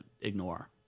ignore